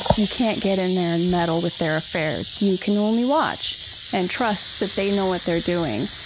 you can't get in there and meddle with their affairs. you can only watch and trust that they know what they're doing.